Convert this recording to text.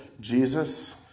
Jesus